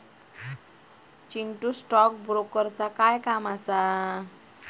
Chintu, stock ब्रोकरचा काय काम असा?